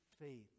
faith